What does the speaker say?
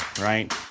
Right